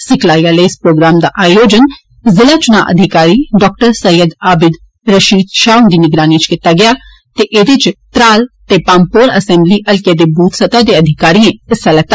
सिखाई आह्ले इस प्रोग्राम दा आयोजन जिला चुना अधिकारी डाक्टर सैय्यद आबिद रशीद शाह हुंदी निगरानी च कीता गेआ ते एह्दे च त्राल ते पाम्पोर असैम्बली हलकें दे बूथ सतह दे अधिकारी हिस्सा लैता